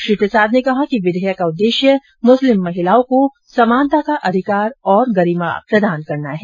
श्री प्रसाद ने कहा कि विधेयक का उद्देश्य मुस्लिम महिलाओं को समानता का अधिकार और गरिमा प्रदान करना है